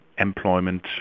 Employment